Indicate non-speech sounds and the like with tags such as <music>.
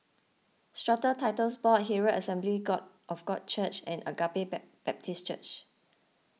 Strata Titles Board Herald Assembly God of God Church and Agape <unintelligible> Baptist Church